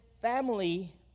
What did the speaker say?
family